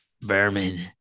berman